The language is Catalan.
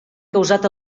causat